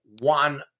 one